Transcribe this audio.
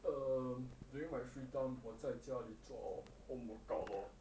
um during my free time 我在家里做 home workout lor